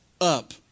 up